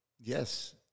Yes